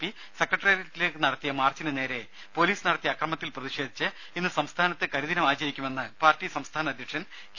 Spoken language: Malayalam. പി സെക്രട്ടറിയേറ്റിലേക്ക് നടത്തിയ മാർച്ചിന് നേരെ പൊലീസ് നടത്തിയ അക്രമത്തിൽ പ്രതിഷേധിച്ച് ഇന്ന് സംസ്ഥാനത്ത് കരിദിനം ആചരിക്കുമെന്ന് പാർട്ടി അധ്യക്ഷൻ കെ